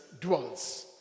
dwells